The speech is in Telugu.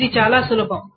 ఇది చాలా సులభం